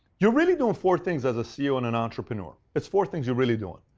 you're really doing four things as a ceo and an entrepreneur. it's four things you're really doing.